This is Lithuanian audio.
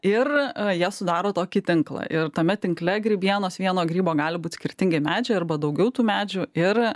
ir jie sudaro tokį tinklą ir tame tinkle grybienos vieno grybo gali būti skirtingi medžiai arba daugiau tų medžių ir